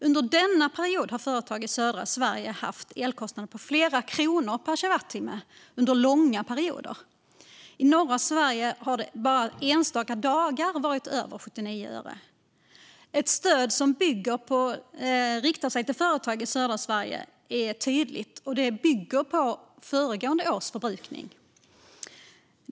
Under denna period har företag i södra Sverige haft elkostnader på flera kronor per kilowatttimme under långa perioder. I norra Sverige har det bara enstaka dagar varit över 79 öre. Varför stödet riktar sig till företag i södra Sverige är tydligt. Det bygger på föregående års förbrukning.